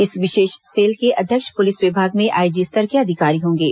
इस विशेष सेल के अध्यक्ष पुलिस विभाग में आईजी स्तर के अधिकारी होंगे